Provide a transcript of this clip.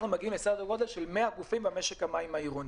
אנחנו מגיעים לכ-100 גופים במשק המים העירוני.